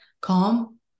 calm